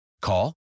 Call